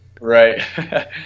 right